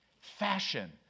Fashion